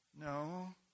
No